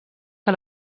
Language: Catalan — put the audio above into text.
que